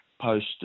post